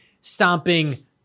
stomping